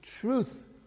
truth